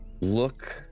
look